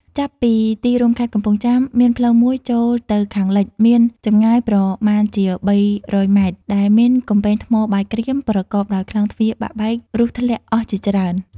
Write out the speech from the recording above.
ចាប់ពីទីរួមខេត្តកំពង់ចាម មានផ្លូវមួយចូលទៅខាងលិច មានចម្ងាយប្រមាណជា ៣០០ ម៉ែត្រដែលមានកំពែងថ្មបាយក្រៀម ប្រកបដោយក្លោងទ្វារបាក់បែករុះធ្លាក់អស់ជាច្រើន ។